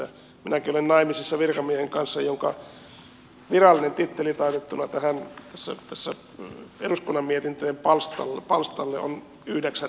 minäkin olen naimisissa virkamiehen kanssa jonka virallinen titteli laitettuna tähän eduskunnan mietintöjen palstalle on yhdeksän riviä pitkä